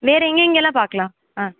வேறு எங்கெங்கெல்லாம் பார்க்கலாம் ஆ